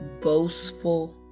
boastful